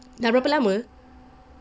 dah berapa lama